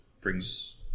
brings